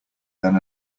than